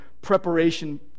preparation